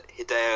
Hideo